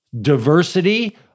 diversity